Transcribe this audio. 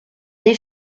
les